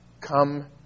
come